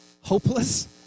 hopeless